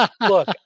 Look